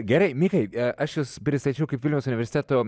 gerai mikai aš jus pristačiau kaip vilniaus universiteto